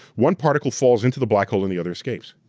one particle falls into the black hole and the other escapes.